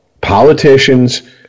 politicians